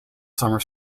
summer